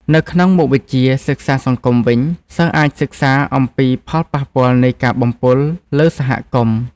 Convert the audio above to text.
នៅក្នុងមុខវិជ្ជា សិក្សាសង្គមវិញ សិស្សអាចសិក្សាអំពីផលប៉ះពាល់នៃការបំពុលលើសហគមន៍។